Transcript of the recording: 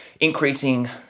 increasing